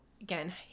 again